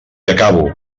acabo